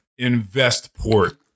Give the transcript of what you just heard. Investport